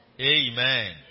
Amen